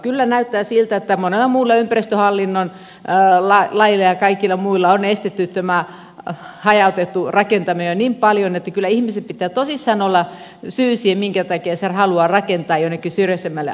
kyllä näyttää siltä että monilla muilla ympäristöhallinnon laeilla ja kaikilla muilla on estetty tätä hajautettua rakentamista jo niin paljon että kyllä ihmisellä pitää tosissaan olla syy siihen minkä takia hän haluaa rakentaa jonnekin syrjäisemmälle alueelle